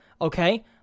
Okay